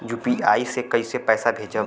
UPI से कईसे पैसा भेजब?